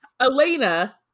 Elena